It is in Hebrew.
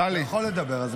אתה יכול לדבר.